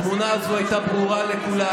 התמונה הזאת הייתה ברורה לכולם.